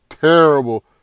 Terrible